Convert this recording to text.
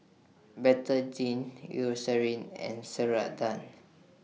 Betadine Eucerin and Ceradan